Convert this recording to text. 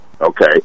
Okay